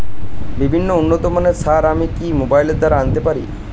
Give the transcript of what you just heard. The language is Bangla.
বিভিন্ন উন্নতমানের সার আমি কি মোবাইল দ্বারা আনাতে পারি?